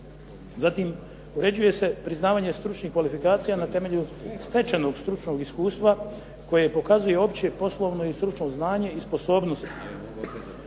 Zatim, uređuje se priznavanje stručnih kvalifikacija na temelju stečenog stručnog iskustva koje pokazuje opće, poslovno i stručno znanje i sposobnost.